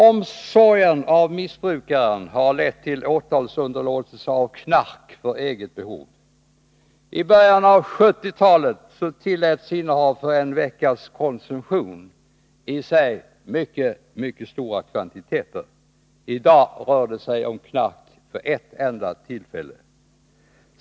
Omsorgen om missbrukaren har lett till åtalsunderlåtelse av knark för eget behov. I början av 1970-talet tilläts innehav för en veckas konsumtion — i sig mycket stora kvantiteter. I dag rör det sig om knark för ett enda tillfälle.